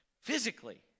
physically